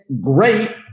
great